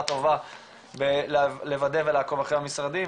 עבודה מספיק טובה בלוודא ולעקוב אחרי המשרדים,